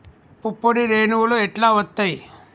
పుప్పొడి రేణువులు ఎట్లా వత్తయ్?